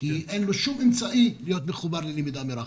כי אין להם כל אמצעי להיות מחובר ללמידה מרחוק.